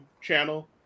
channel